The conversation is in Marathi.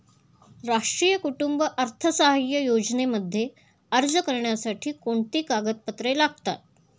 राष्ट्रीय कुटुंब अर्थसहाय्य योजनेमध्ये अर्ज करण्यासाठी कोणती कागदपत्रे लागतात?